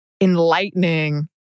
enlightening